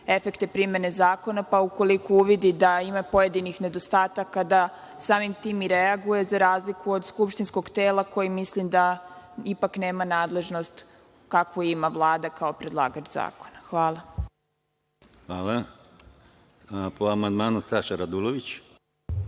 efekte primene zakona, pa ukoliko uvidi da ima pojedinih nedostataka, da samim tim i reaguje, za razliku od skupštinskog tela, koje mislim da ipak nema nadležnost kakvu ima Vlada, kao predlagač zakona. Hvala. **Konstantin Arsenović**